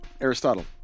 Aristotle